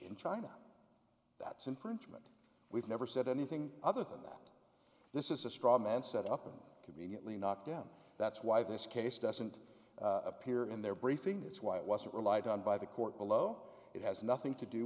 in china that's infringement we've never said anything other than that this is a straw man set up and conveniently knocked down that's why this case doesn't appear in their briefing that's why it was relied on by the court below it has nothing to do